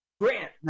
Grant